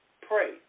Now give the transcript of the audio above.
pray